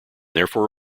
therefore